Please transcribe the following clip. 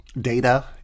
Data